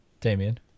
Damien